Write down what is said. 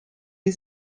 die